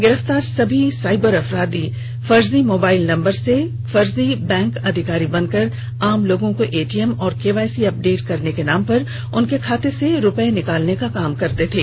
गिरफ्तार सभी साइबर अपराधी फर्जी मोबाइल नंबर से फर्जी बैंक अधिकारी बनकर आम लोगो को एटीएम और केवाईसी अपडेट करने के नाम पर उनके खाते से रुपये निकालने का काम करते थे